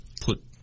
put